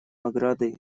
оградой